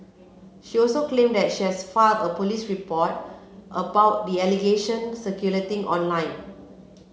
she also claimed that she has filed a police report about the allegation circulating online